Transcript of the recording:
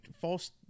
false